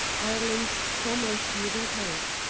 ireland's foremost living poet,